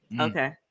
Okay